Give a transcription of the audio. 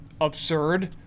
absurd